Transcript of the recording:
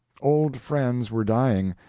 old friends were dying,